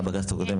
אה, בכנסת הקודמת.